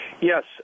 Yes